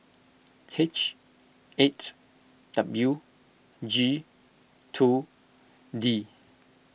H eight W G two D